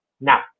Now